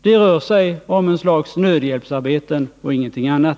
Det rör sig om ett slags nödhjälpsarbeten och ingenting annat.